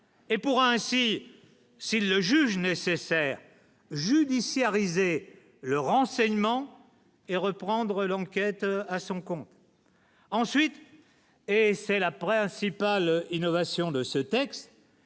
et pourra ainsi s'il le juge nécessaire judiciariser le renseignement et reprendre l'enquête à son compte ensuite et c'est la principe. L'innovation de ce texte.